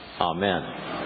Amen